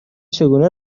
چگونه